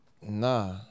Nah